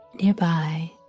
Nearby